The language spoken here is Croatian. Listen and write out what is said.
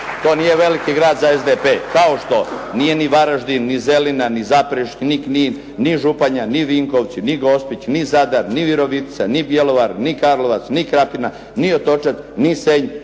to nije veliki grad za SDP kao što nije ni Varaždin, ni Zelina, ni Zaprešić, ni Knin, ni Županja, ni Vinkovci, ni Gospić, ni Zadar, ni Virovitica, ni Bjelovar, ni Karlovac, ni Krapina, ni Otočac, ni Senj,